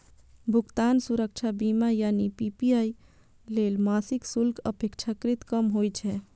भुगतान सुरक्षा बीमा यानी पी.पी.आई लेल मासिक शुल्क अपेक्षाकृत कम होइ छै